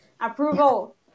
approval